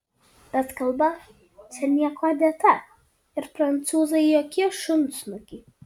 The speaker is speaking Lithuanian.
bet kalba čia niekuo dėta ir prancūzai jokie šunsnukiai